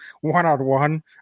one-on-one